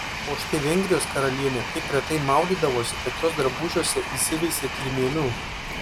o štai vengrijos karalienė taip retai maudydavosi kad jos drabužiuose įsiveisė kirmėlių